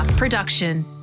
Production